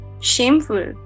shameful